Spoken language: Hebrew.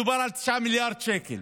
דובר על 9 מיליארד שקל.